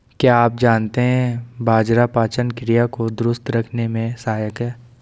क्या आप जानते है बाजरा पाचन क्रिया को दुरुस्त रखने में सहायक हैं?